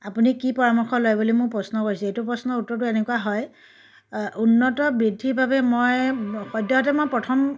আপুনি কি পৰামৰ্শ লয় বুলি মোক প্ৰশ্ন কৰিছে এইটো প্ৰশ্নৰ উত্তৰটো এনেকুৱা হয় উন্নত বৃদ্ধিৰ বাবে মই সদ্যহতে মই প্ৰথম